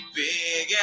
big